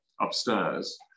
upstairs